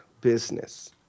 business